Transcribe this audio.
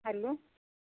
hello